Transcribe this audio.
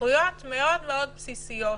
זכויות מאוד-מאוד בסיסיות